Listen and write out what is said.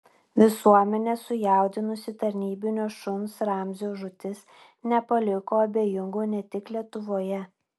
visuomenę sujaudinusi tarnybinio šuns ramzio žūtis nepaliko abejingų ne tik lietuvoje